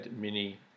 mini